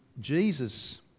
Jesus